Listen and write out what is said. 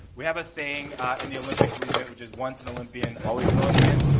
we have a saying in the olympic movement, which is once an olympian, always an olympian.